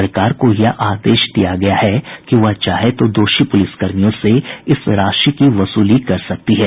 सरकार को यह आदेश दिया गया है कि वह चाहे तो दोषी पुलिसकर्मी से इस राशि की वसूली कर सकती है